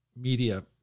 media